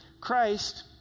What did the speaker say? Christ